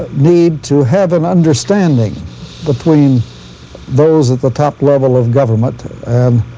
need to have an understanding between those at the top level of government